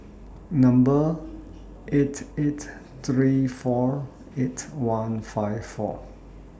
Number eight eight three four eight one five four